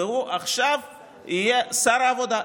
והוא עכשיו יהיה שר העבודה,